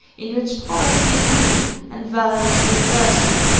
in which policy is rude and valor is universal,